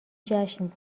جشن